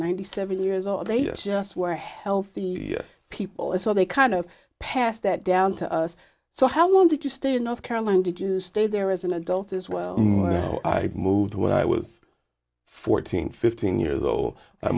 ninety seven years old they just were healthy yes people and so they kind of passed that down to us so how well did you stay in north carolina did you stay there as an adult as well i moved when i was fourteen fifteen years ago i